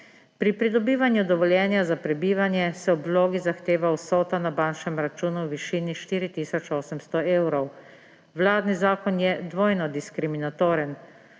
Pri pridobivanju dovoljenja za prebivanje se ob vlogi zahteva vsota na bančnem računu v višini 4 tisoč 800 evrov. Vladni zakon je dvojno diskriminatoren,